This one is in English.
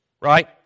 right